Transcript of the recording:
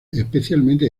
especialmente